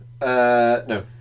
no